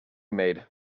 made